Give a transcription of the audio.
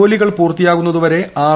ജോലികൾ പൂർത്തിയാകുന്നതുവരെ ആർ